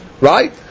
Right